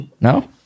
No